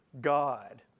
God